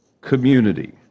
community